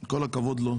עם כל הכבוד לו,